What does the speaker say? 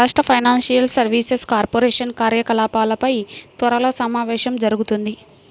రాష్ట్ర financial services corporation కార్యకలాపాలపై త్వరలో సమావేశం జరుగుతుంది